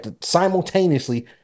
simultaneously